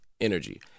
energy